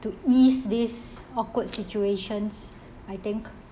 to ease this awkward situations I think